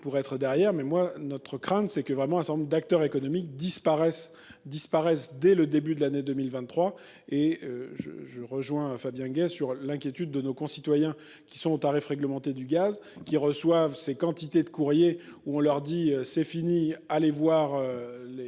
pour être derrière, mais moi. Notre crainte, c'est que vraiment un certain nombre d'acteurs économiques disparaissent disparaissent dès le début de l'année 2023 et je je rejoins Fabien Guez sur l'inquiétude de nos concitoyens qui sont au tarifs réglementés du gaz qui reçoivent ces quantités de courriers où on leur dit c'est fini allez voir les